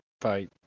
fight